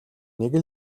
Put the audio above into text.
нэг